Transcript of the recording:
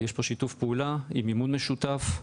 יש פה שיתוף פעולה עם מימון משותף.